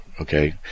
okay